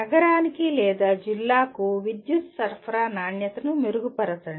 నగరానికి లేదా జిల్లాకు విద్యుత్ సరఫరా నాణ్యతను మెరుగుపరచండి